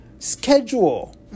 Schedule